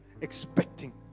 expecting